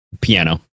piano